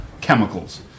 chemicals